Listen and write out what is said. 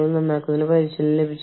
കൂടാതെ എത്ര ദിവസം ഏത് രാജ്യത്ത്